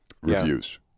reviews